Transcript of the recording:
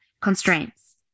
constraints